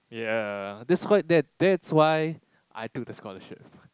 ya that's why that that's why I took the scholarship